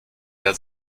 der